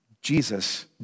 Jesus